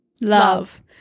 Love